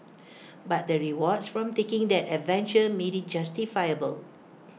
but the rewards from taking that adventure made IT justifiable